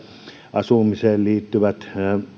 asumiseen liittyvät